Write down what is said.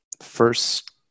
first